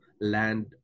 land